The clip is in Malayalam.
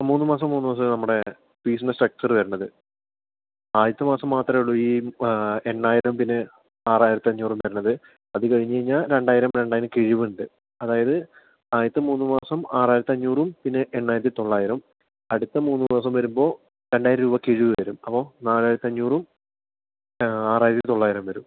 മൂന്ന് മാസം മൂന്ന് മാസം നമ്മുടെ ഫീസിൻ്റെ സ്ട്രക്ച്ചറ് വരുന്നത് ആദ്യത്തെ മാസം മാത്രമേ ഉള്ളു ഈ എണ്ണായിരം പിന്നെ ആറായിരത്തഞ്ഞൂറും വരണത് അത് കഴിഞ്ഞു കഴിഞ്ഞാൽ രണ്ടായിരം രണ്ടായിരം കിഴിവുണ്ട് അതായത് ആദ്യത്തെ മൂന്ന് മാസം ആറായിരത്തഞ്ഞൂറും പിന്നെ എണ്ണായിരത്തിത്തൊള്ളായിരം അടുത്ത മൂന്ന് മാസം വരുമ്പോൾ രണ്ടായിരം രൂപ കിഴിവ് വരും അപ്പോൾ നാലായിരത്തഞ്ഞൂറും ആറായിരത്തിത്തൊള്ളായിരം വരും